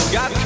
Got